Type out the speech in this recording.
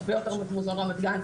הרבה יותר ממוזיאון רמת גן,